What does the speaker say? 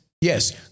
yes